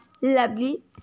lovely